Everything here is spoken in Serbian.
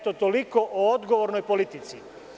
Toliko o odgovornoj politici.